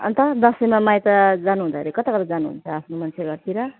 अन्त दसैँमा माइत जानुहुँदाखेरि कता कता जानुहुन्छ आफ्नो मान्छेको घरतिर